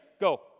Go